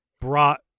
brought